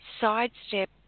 sidestep